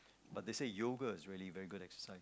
but they say Yoga is really very good exercise